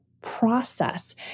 process